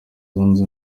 zunze